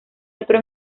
otro